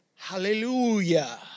Hallelujah